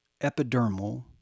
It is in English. epidermal